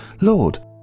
Lord